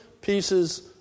pieces